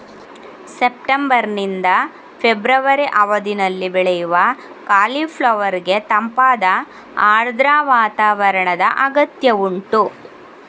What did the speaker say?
September ನಿಂದ February ಅವಧಿನಲ್ಲಿ ಬೆಳೆಯುವ ಕಾಲಿಫ್ಲವರ್ ಗೆ ತಂಪಾದ ಆರ್ದ್ರ ವಾತಾವರಣದ ಅಗತ್ಯ ಉಂಟು